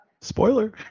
spoiler